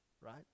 right